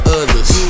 others